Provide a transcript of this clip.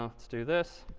ah let's do this.